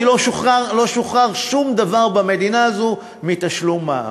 כי לא שוחרר שום דבר במדינה הזאת מתשלום מע"מ.